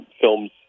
films